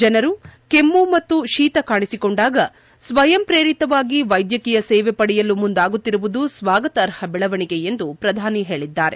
ಜನರು ಕೆಮ್ನು ಮತ್ತು ಶೀತ ಕಾಣಿಸಿಕೊಂಡಾಗ ಸ್ವಯಂಶ್ರೇರಿತವಾಗಿ ವೈದ್ಯಕೀಯ ಸೇವೆ ಪಡೆಯಲು ಮುಂದಾಗುತ್ತಿರುವುದು ಸ್ವಾಗತಾರ್ಹ ದೆಳವಣಿಗೆ ಎಂದು ಪ್ರಧಾನಿ ಹೇಳಿದ್ದಾರೆ